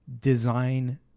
design